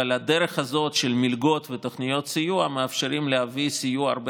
אבל הדרך הזאת של מלגות ותוכניות סיוע מאפשרת להביא סיוע הרבה